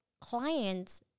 clients